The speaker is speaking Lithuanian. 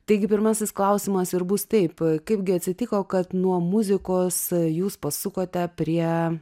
taigi pirmasis klausimas ir bus taip kaipgi atsitiko kad nuo muzikos jūs pasukote prie